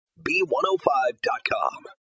B105.com